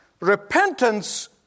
Repentance